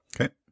Okay